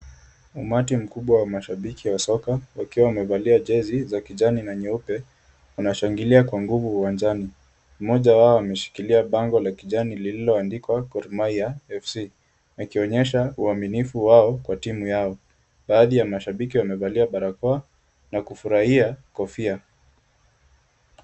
Umati mkubwa wa mashabiki wa wasoka wakiwa wamevalia jezi za kijani na nyeupe wanashangilia kwa nguvu uwanjani. Mmoja wao ameshikilia bango la kijani lililoandikwa Gor Mahia FC wakionyesha uaminifu wao kwa timu yao. Baadhi ya mashabiki wamevalia barakoa na kufurahia kofia.